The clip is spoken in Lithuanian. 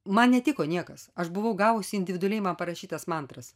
man netiko niekas aš buvau gavusi individualiai man parašytas mantras